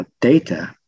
Data